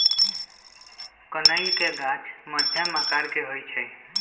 कनइल के गाछ मध्यम आकर के होइ छइ